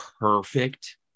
perfect